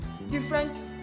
Different